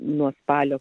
nuo spalio